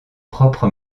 propre